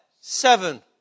Seven